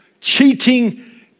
cheating